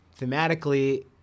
thematically